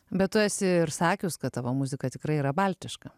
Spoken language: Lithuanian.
bet tu esi ir sakius kad tavo muzika tikrai yra baltiška